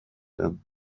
them